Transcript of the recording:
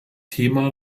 thema